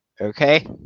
Okay